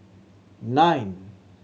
nine